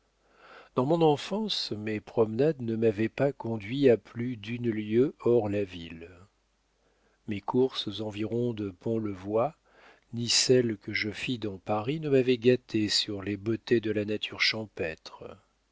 dans mon enfance mes promenades ne m'avaient pas conduit à plus d'une lieue hors la ville mes courses aux environs de pont le voy ni celles que je fis dans paris ne m'avaient gâté sur les beautés de la nature champêtre